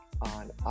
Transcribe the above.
on